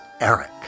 Eric